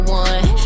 one